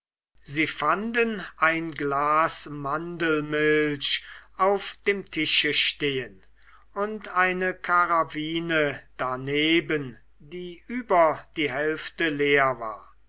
sie fanden ein glas mandelmilch auf dem tische stehen und eine karaffine darneben die über die hälfte leer war